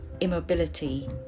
immobility